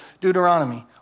Deuteronomy